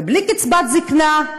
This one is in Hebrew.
ובלי קצבת זיקנה,